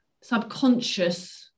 subconscious